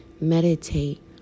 meditate